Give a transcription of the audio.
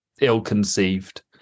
ill-conceived